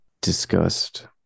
discussed